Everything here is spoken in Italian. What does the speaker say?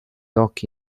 occhi